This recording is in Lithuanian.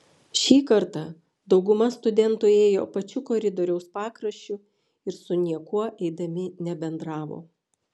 šį kartą dauguma studentų ėjo pačiu koridoriaus pakraščiu ir su niekuo eidami nebendravo